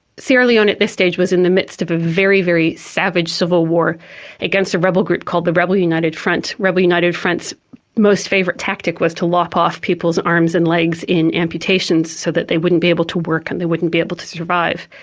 sierra leone at this stage was in the midst of a very, very savage civil war against a rebel group called the rebel united front. rebel united front's most favourite tactic was to lop off people's arms and legs in amputations so that they wouldn't be able to work and they wouldn't be able to survive.